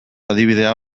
adibidea